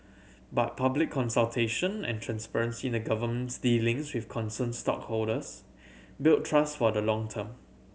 but public consultation and transparency in the Government's dealings with concerned stakeholders build trust for the long term